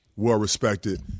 well-respected